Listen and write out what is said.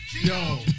Yo